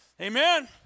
Amen